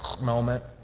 moment